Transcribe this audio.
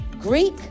Greek